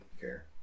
care